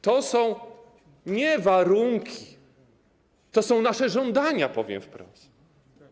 To są nie warunki, to są nasze żądania, powiem wprost.